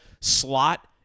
slot